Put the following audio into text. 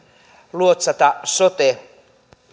luotsata sote